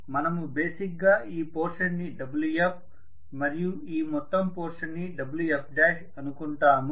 మనము బేసిక్ గా ఈ పోర్షన్ ని Wf మరియు ఈ మొత్తం పోర్షన్ ని Wf అనుకుంటాము